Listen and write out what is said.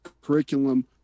curriculum